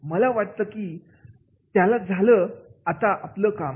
मला वाटलं की त्याला झालं आता आपलं काम